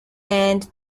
and